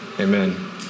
amen